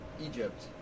Egypt